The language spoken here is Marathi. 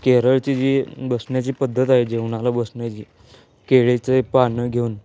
केरळची जी बसण्याची पद्धत आहे जेवणाला बसण्याची केळीचं पान घेऊन